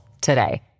today